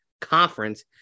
Conference